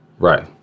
Right